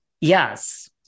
Yes